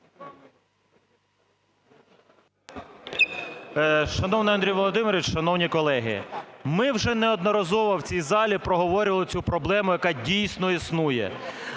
Шановний Андрію Володимировичу, шановні колеги, ми вже неодноразово в цій залі проговорювали цю проблему, яка дійсно існує.